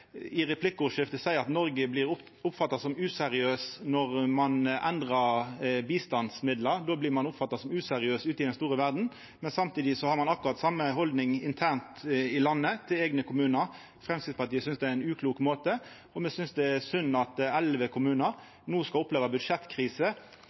i eit replikkordskifte seier at Noreg blir oppfatta som useriøs når ein endrar bistandsmidlar. Då blir ein altså oppfatta som useriøs ute i den store verda, men samtidig har ein akkurat same haldning internt i landet til eigne kommunar. Framstegspartiet synest det er uklokt. Og me synest det er synd at elleve